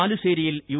ബാലുശ്ശേരിയിൽ U